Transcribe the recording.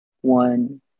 one